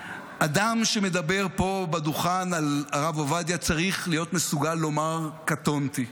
אדם שמדבר פה בדוכן על הרב עובדיה צריך להיות מסוגל לומר: קטונתי.